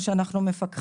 אמרתי שאין תקציב.